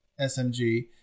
SMG